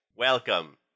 Welcome